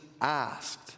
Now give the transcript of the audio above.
asked